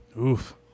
Oof